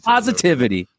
Positivity